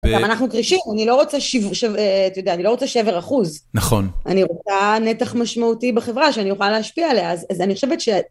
וגם אנחנו כרישים, אני לא רוצה שבר אחוז. נכון. אני רוצה נתח משמעותי בחברה שאני אוכל להשפיע עליה, אז אני חושבת ש...